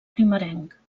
primerenc